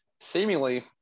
seemingly